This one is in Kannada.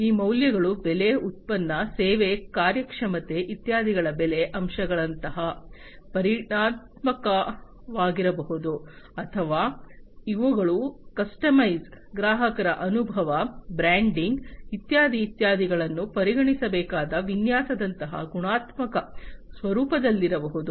ಈ ಮೌಲ್ಯಗಳು ಬೆಲೆ ಉತ್ಪನ್ನ ಸೇವಾ ಕಾರ್ಯಕ್ಷಮತೆ ಇತ್ಯಾದಿಗಳ ಬೆಲೆ ಅಂಶಗಳಂತಹ ಪರಿಮಾಣಾತ್ಮಕವಾಗಿರಬಹುದು ಅಥವಾ ಇವುಗಳು ಕಸ್ಟಮೈಸ್ ಗ್ರಾಹಕರ ಅನುಭವ ಬ್ರ್ಯಾಂಡಿಂಗ್ ಇತ್ಯಾದಿ ಇತ್ಯಾದಿಗಳನ್ನು ಪರಿಗಣಿಸಬೇಕಾದ ವಿನ್ಯಾಸದಂತಹ ಗುಣಾತ್ಮಕ ಸ್ವರೂಪದಲ್ಲಿರಬಹುದು